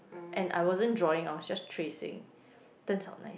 and I wasn't drawing I will just tracing turns out nice